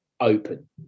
open